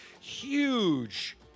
huge